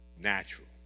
natural